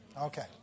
Okay